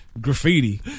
graffiti